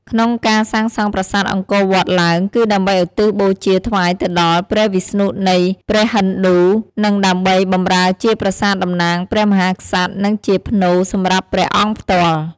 ក្នុងការសាងសង់ប្រាសាទអង្គរវត្តឡើង គឺដើម្បីឧទ្ទិសបូជាថ្វាយទៅដល់ព្រះវិស្ណុនៃព្រះហិណ្ឌូ និងដើម្បីបម្រើជាប្រាសាទតំណាងព្រះមហាក្សត្រ និងជាផ្នូរសម្រាប់ព្រះអង្គផ្ទាល់។